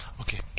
Okay